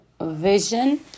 vision